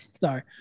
Sorry